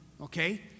okay